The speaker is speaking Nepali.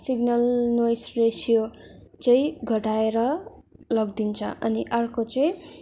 सिग्नल नोइज रेसियो चाहिँ घटाएर लगिदिन्छ अनि अर्को चाहिँ